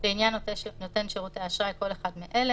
(2)לעניין נותן שירותי אשראי כל אחד מאלה: